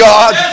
God